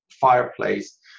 fireplace